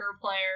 player